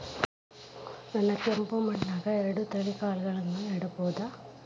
ನಾನ್ ಕೆಂಪ್ ಮಣ್ಣನ್ಯಾಗ್ ಎರಡ್ ತಳಿ ಕಾಳ್ಗಳನ್ನು ನೆಡಬೋದ?